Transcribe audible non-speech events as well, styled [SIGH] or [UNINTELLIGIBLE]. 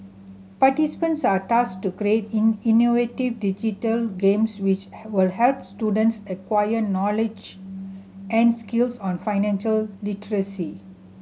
participants are tasked to create [UNINTELLIGIBLE] innovative digital games which will help students acquire knowledge and skills on financial literacy